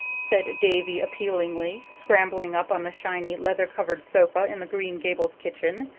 said davy appealingly, scrambling up on the shiny, leather-covered sofa in the green gables kitchen,